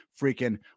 freaking